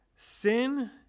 sin